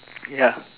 ya